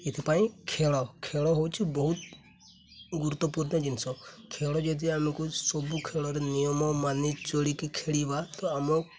ଏଥିପାଇଁ ଖେଳ ଖେଳ ହେଉଛି ବହୁତ ଗୁରୁତ୍ୱପୂର୍ଣ୍ଣ ଜିନିଷ ଖେଳ ଯଦି ଆମକୁ ସବୁ ଖେଳରେ ନିୟମ ମାନି ଚଢ଼ିକି ଖେଳିବା ତ ଆମ